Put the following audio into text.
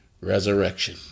resurrection